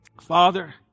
Father